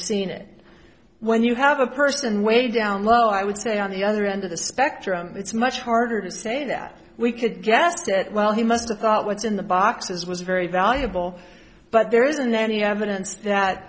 forseen it when you have a person way down low i would say on the other end of the spectrum it's much harder to say that we could guess that well he must have thought what's in the boxes was very valuable but there isn't any evidence that